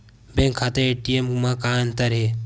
Bank खाता ATM मा का अंतर हे?